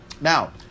Now